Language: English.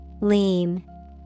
Lean